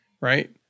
right